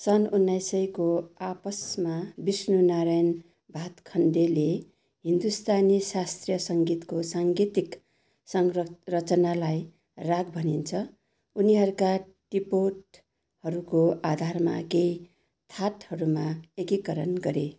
सन् उन्नाइस सयको आपसमा विष्णु नारायण भातखण्डेले हिन्दुस्तानी शास्त्रीय सङ्गीतको साङ्गीतिक संरचनालाई राग भनिन्छ उनीहरूका टिपोटहरूको आधारमा केही थाटहरूमा एकीकरण गरे